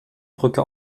brücke